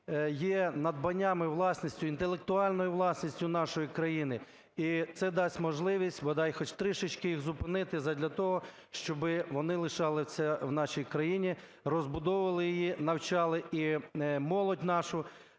є надбанням і власністю, інтелектуальною власністю нашої країни. І це дасть можливість, бодай, хоч трішечки їх зупинити задля того, щоб вони лишалися в нашій країні, розбудовували її, навчали і молодь нашу,